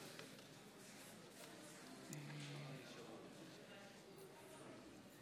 מצביעה יוליה מלינובסקי קונין,